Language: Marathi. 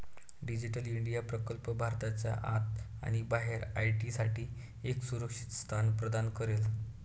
डिजिटल इंडिया प्रकल्प भारताच्या आत आणि बाहेर आय.टी साठी एक सुरक्षित स्थान प्रदान करेल